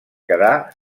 quedà